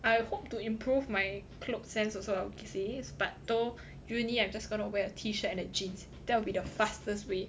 I hope to improve my clothes sense also lah but though uni I'm just gonna wear a t-shirt and a jeans that will be the fastest way